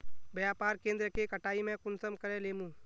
व्यापार केन्द्र के कटाई में कुंसम करे लेमु?